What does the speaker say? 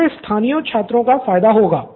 student 4 इससे स्थानीय छात्रों को फायदा होगा